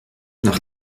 nach